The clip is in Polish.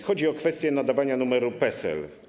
Chodzi o kwestię nadawania numeru PESEL.